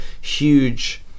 huge